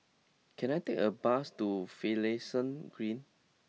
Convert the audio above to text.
can I take a bus to Finlayson Green